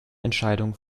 entscheidung